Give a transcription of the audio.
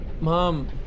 Mom